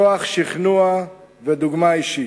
כוח שכנוע ודוגמה אישית.